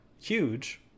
huge